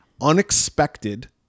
unexpected